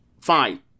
Fine